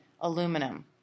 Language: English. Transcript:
aluminum